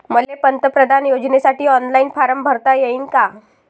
मले पंतप्रधान योजनेसाठी ऑनलाईन फारम भरता येईन का?